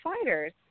fighters